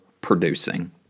producing